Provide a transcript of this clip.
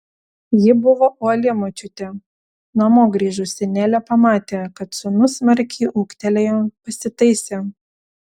ji buvo uoli močiutė namo grįžusi nelė pamatė kad sūnus smarkiai ūgtelėjo pasitaisė